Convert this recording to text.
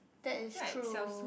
that is true